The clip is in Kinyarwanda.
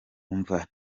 umva